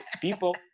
people